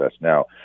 now